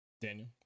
Daniel